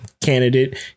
candidate